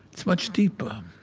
it's much deeper,